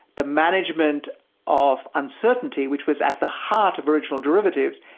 the management of uncertainty which was at the heart of original derivatives,